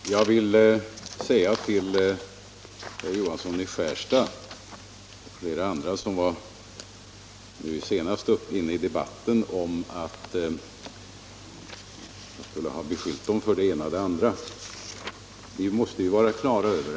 Herr talman! Till herr Johansson i Skärstad och flera andra som anser att jag har beskyllt dem för det ena och det andra vill jag säga följande.